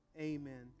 Amen